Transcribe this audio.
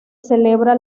celebra